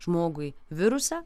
žmogui virusą